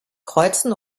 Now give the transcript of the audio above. kreuzen